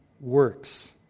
works